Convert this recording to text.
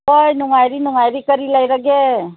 ꯍꯣꯏ ꯅꯨꯡꯉꯥꯏꯔꯤ ꯅꯨꯡꯉꯥꯏꯔꯤ ꯀꯔꯤ ꯂꯩꯔꯒꯦ